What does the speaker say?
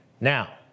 Now